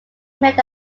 met